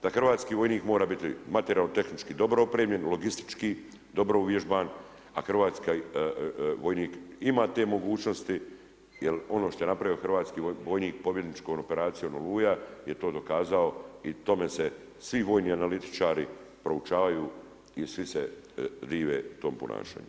Da hrvatski vojnik mora biti materijalno tehnički dobro opremljen, logistički, dobro uvježban, a hrvatski vojnik ima te mogućnosti, jer ono što je napravio hrvatski vojnik, pobjedničkom operacijom Oluja, je to dokazao i tome se svi vojni analitičari proučavaju i svi se dive tom ponašanju.